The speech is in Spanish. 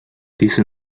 dice